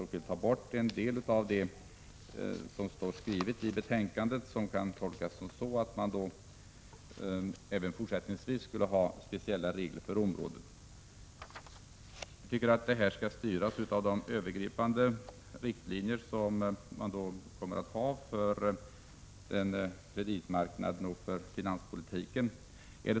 Vi vill ta bort en del av det som står skrivet i betänkandet, eftersom den kan tolkas så, att man även fortsättningsvis skulle ha speciella regler för detta område. Jag tycker att detta skall styras av de övergripande riktlinjer som kommer att gälla för kreditmarknaden och finanspolitiken.